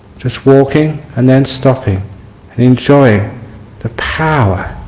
just walking and then stopping and enjoying the power